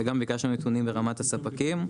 וגם ביקשנו נתונים ברמת הספקים,